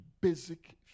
basic